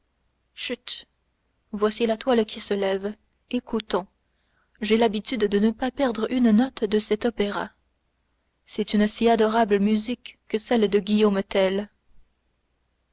chut voici la toile qui se lève écoutons j'ai l'habitude de ne pas perdre une note de cet opéra c'est une si adorable musique que celle de guillaume tell